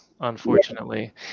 unfortunately